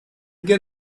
get